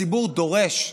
הציבור דורש לדעת.